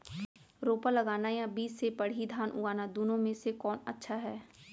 रोपा लगाना या बीज से पड़ही धान उगाना दुनो म से कोन अच्छा हे?